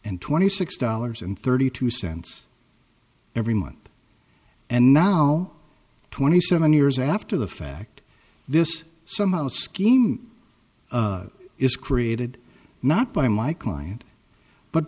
and twenty six dollars and thirty two cents every month and now twenty seven years after the fact this somehow the scheme is created not by my client but